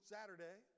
Saturday